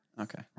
Okay